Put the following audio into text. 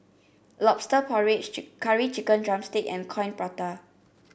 Lobster Porridge Curry Chicken drumstick and Coin Prata